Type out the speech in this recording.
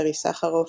ברי סחרוף,